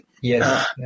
Yes